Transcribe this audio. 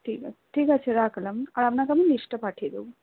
ঠিক আছে ঠিক আছে রাখলাম আর আপনাকে আমি লিস্টটা পাঠিয়ে দেব